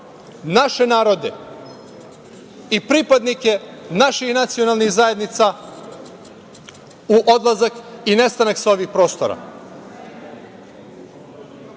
naše narode i pripadnike naših nacionalnih zajednica u odlazak i nestanak sa ovih prostora. Dakle,